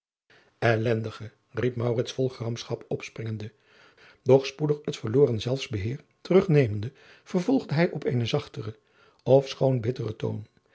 elendige riep maurits vol gramschap opspringende doch spoedig het verloren zelfsbeheer terugnemende vervolgde hij op eenen zachteren ofschoon bitteren toon